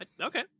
okay